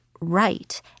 right